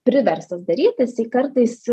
priverstas darytis ji kartais